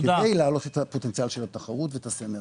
כדי להעלות את הפוטנציאל של התחרות ואת הסינרגיה.